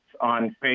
on